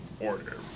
order